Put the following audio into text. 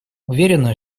уверены